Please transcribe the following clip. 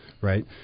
Right